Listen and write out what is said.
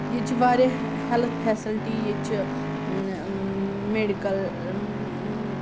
ییٚتہِ چھِ واریاہ ہیٚلٕتھ فیسَلٹی ییٚتہِ چھِ میٚڈِکَل